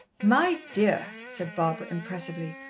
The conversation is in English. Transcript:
my dear, said barbara impressively,